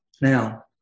Now